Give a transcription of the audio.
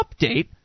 update